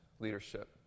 leadership